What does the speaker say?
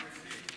גם אצלי.